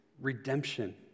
redemption